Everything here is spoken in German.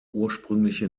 ursprüngliche